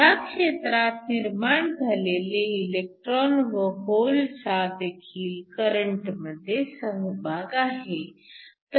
ह्या क्षेत्रात निर्माण झालेले इलेक्ट्रॉन व होल चा देखील करंटमध्ये सहभाग आहे